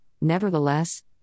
nevertheless